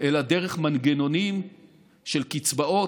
אלא דרך מנגנונים של קצבאות,